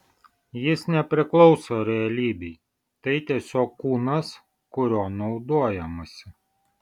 jis nepriklauso realybei tai tiesiog kūnas kuriuo naudojamasi